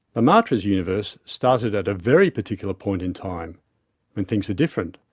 lemaitre's universe started at a very particular point in time when things were different,